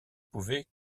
pouvait